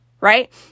right